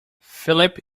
philip